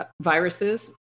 viruses